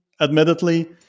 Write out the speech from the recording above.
admittedly